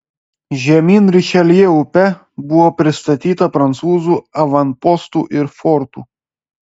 žemyn rišeljė upe buvo pristatyta prancūzų avanpostų ir fortų